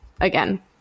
again